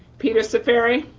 peter ciferri.